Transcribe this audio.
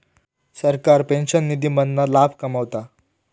सरकार पेंशन निधी मधना लाभ कमवता